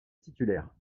titulaire